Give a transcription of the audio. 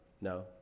No